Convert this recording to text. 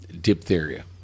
Diphtheria